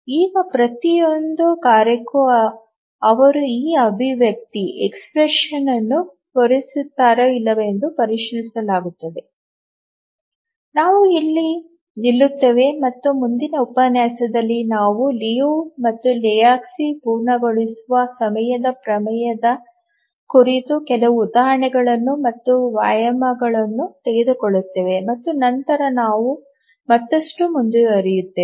ಈಗ ಪ್ರತಿಯೊಂದು ಕಾರ್ಯಕ್ಕೂ ಅವರು ಈ ಅಭಿವ್ಯಕ್ತಿಯನ್ನು ಪೂರೈಸುತ್ತಾರೋ ಇಲ್ಲವೋ ಎಂದು ಪರಿಶೀಲಿಸಲಾಗುತ್ತದೆ ನಾವು ಇಲ್ಲಿ ನಿಲ್ಲುತ್ತೇವೆ ಮತ್ತು ಮುಂದಿನ ಉಪನ್ಯಾಸದಲ್ಲಿ ನಾವು ಲಿಯು ಮತ್ತು ಲೆಹೋಜ್ಕಿ ಪೂರ್ಣಗೊಳಿಸುವ ಸಮಯದ ಪ್ರಮೇಯದ ಕುರಿತು ಕೆಲವು ಉದಾಹರಣೆಗಳನ್ನು ಮತ್ತು ವ್ಯಾಯಾಮಗಳನ್ನು ತೆಗೆದುಕೊಳ್ಳುತ್ತೇವೆ ಮತ್ತು ನಂತರ ನಾವು ಮತ್ತಷ್ಟು ಮುಂದುವರಿಯುತ್ತೇವೆ